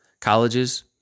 colleges